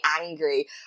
angry